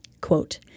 quote